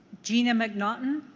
gina mcnoughton?